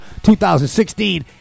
2016